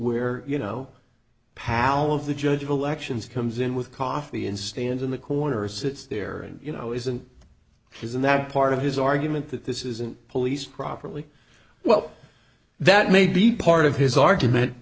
where you know pal of the judge of elections comes in with coffee and stands in the corner sits there and you know isn't isn't that part of his argument that this isn't police properly well that may be part of his argument